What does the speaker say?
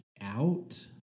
out